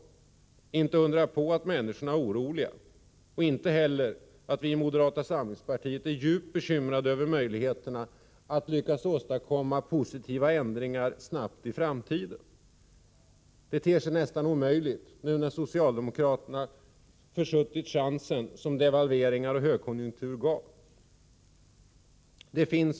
Det är inte att undra på att människorna är oroliga, och inte heller att undra på att vi i moderata samlingspartiet är djupt bekymrade när det gäller möjligheterna att snabbt få till stånd positiva ändringar för framtiden. Sådana ter sig nästan omöjliga. Socialdemokraterna har ju försuttit de chanser som devalveringar och högkonjunktur gett. Fru talman!